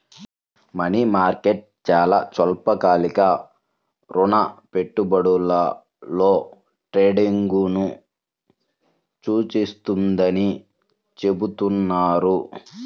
money market చాలా స్వల్పకాలిక రుణ పెట్టుబడులలో ట్రేడింగ్ను సూచిస్తుందని చెబుతున్నారు